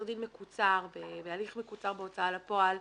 דין מקוצר בהליך מקוצר בהוצאה לפועל,